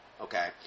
Okay